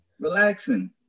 relaxing